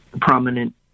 prominent